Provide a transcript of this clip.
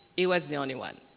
he was the only one.